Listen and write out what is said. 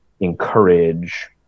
encourage